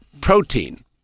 protein